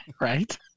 right